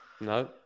No